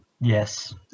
yes